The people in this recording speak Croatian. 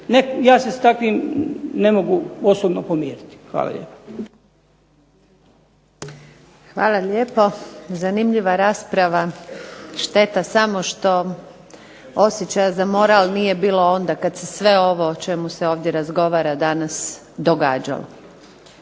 Ja se s takvim ne mogu osobno pomiriti. Hvala lijepo. **Antunović, Željka (SDP)** Hvala lijepo. Zanimljiva rasprava, šteta samo što osjećaja za moral nije bilo onda kad se sve ovo o čemu se ovdje razgovara danas događalo.